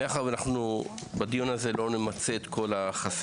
מאחר ואנחנו בדיון זה לא נמצה את כל החסמים,